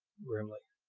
grimly.